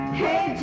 hey